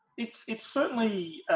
it's it's certainly